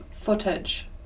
footage